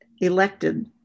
elected